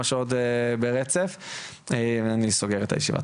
אני נועל את הישיבה.